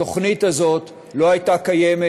התוכנית הזאת לא הייתה קיימת.